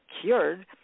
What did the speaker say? cured